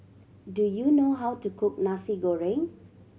do you know how to cook Nasi Goreng